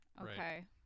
Okay